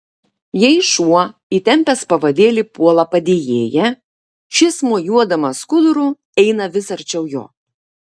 jei šuo įtempęs pavadėlį puola padėjėją šis mojuodamas skuduru eina vis arčiau jo